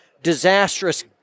disastrous